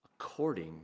according